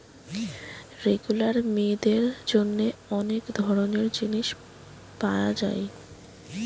regular মেয়েদের জন্যে অনেক ধরণের জিনিস পায়া যায়